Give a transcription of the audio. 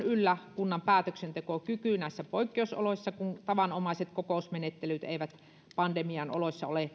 yllä kunnan päätöksentekokyky näissä poikkeusoloissa kun tavanomaiset kokousmenettelyt eivät pandemian oloissa ole